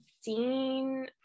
seen